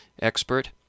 expert